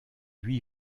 lui